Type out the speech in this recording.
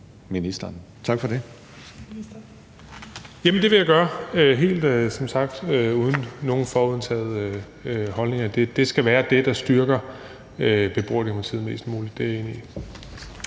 Tak for det.